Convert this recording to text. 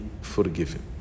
forgiven